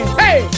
hey